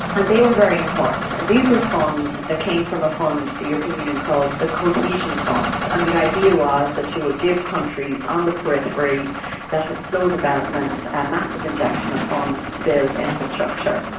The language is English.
and they were very important. and these were funds that came from a fund, the european union called the cohesion fund and the idea was that you would give countries on the periphery that had slow development a massive injection of funds to build infrastructure.